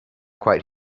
quite